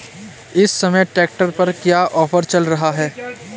इस समय ट्रैक्टर पर क्या ऑफर चल रहा है?